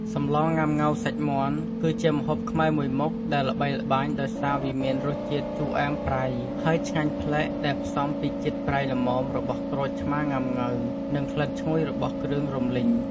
សម្លងុាំង៉ូវសាច់មាន់ គឺជាម្ហូបខ្មែរមួយមុខ ដែលល្បីល្បាញដោយសារវាមានរសជាតិជូរអែមប្រៃ ហើយឆ្ងាញ់ប្លែក ដែលផ្សំពីជាតិប្រៃល្មមរបស់ក្រូចឆ្មាងុាំង៉ូវនិងក្លិនឈ្ងុយរបស់គ្រឿងរំលីង។